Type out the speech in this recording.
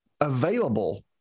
available